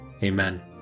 Amen